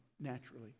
naturally